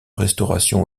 restauration